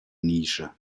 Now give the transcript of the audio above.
nische